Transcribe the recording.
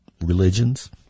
religions